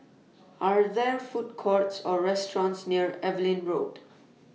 Are There Food Courts Or restaurants near Evelyn Road